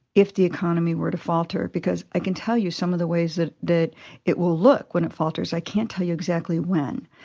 if the economy were to falter? because i can tell you some of the ways that that it will look when it falters. i can't tell you exactly when,